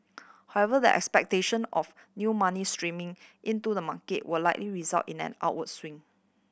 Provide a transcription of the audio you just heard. however the expectation of new money streaming into the market were likely result in an our swing